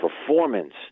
performance